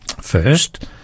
First